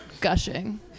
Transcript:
gushing